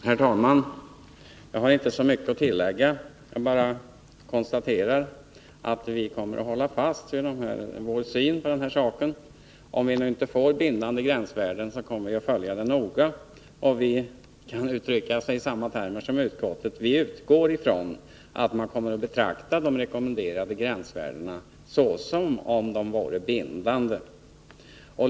Herr talman! Jag har inte så mycket att tillägga. Jag vill bara konstatera att vi kommer att hålla fast vid vår syn på dessa saker. Om vi nu inte får igenom bindande gränsvärden, kommer vi att följa utvecklingen noga. Jag kan uttrycka mig i samma termer som utskottet. Vi utgår från att man kommer att betrakta de rekommenderade gränsvärdena som om de vore bindande.